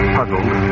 Puzzled